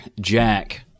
Jack